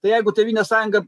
tai jeigu tėvynės sąjunga